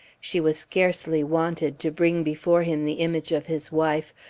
she was scarcely wanted to bring before him the image of his wife,